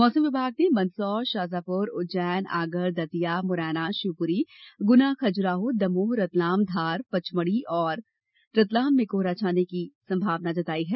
मौसम विभाग ने मंदसौर शाजापुर उज्जैन आगर दतिया मुरैना शिवपुरी गुना खजुराहो दमोह रतलाम धार पचमढ़ी और रतलाम में कोहरा छाने की भी संभावना जताई है